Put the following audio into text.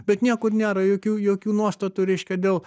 bet niekur nėra jokių jokių nuostatų reiškia dėl